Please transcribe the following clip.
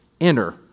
enter